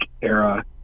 era